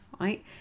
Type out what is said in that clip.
right